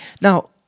Now